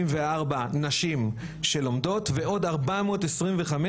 וארבע נשים שלומדות ועוד ארבע מאות עשרים וחמש